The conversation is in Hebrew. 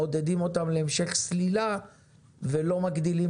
מעודדים אותם להמשך סלילה ולא מגדילים